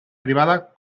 privadas